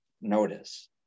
notice